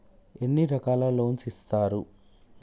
ఎన్ని రకాల లోన్స్ ఇస్తరు?